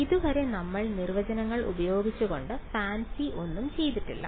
ഇതുവരെ നമ്മൾ നിർവചനങ്ങൾ ഉപയോഗിച്ചു കൊണ്ട് ഫാൻസി ഒന്നും ചെയ്തിട്ടില്ല